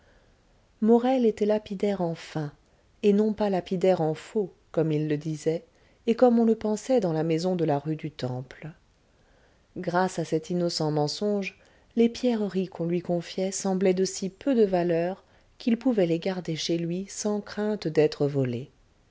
morel était lapidaire en fin et non pas lapidaire en faux comme il le disait et comme on le pensait dans la maison de la rue du temple grâce à cet innocent mensonge les pierreries qu'on lui confiait semblaient de si peu de valeur qu'il pouvait les garder chez lui sans crainte d'être volé